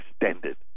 extended